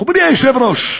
מכובדי היושב-ראש,